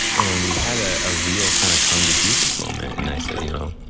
and we had a ah real kind of come to jesus moment, and i said, you know,